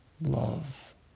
love